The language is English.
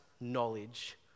knowledge